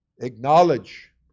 acknowledge